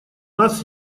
нас